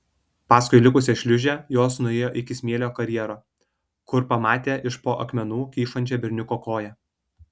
paskui likusią šliūžę jos nuėjo iki smėlio karjero kur pamatė iš po akmenų kyšančią berniuko koją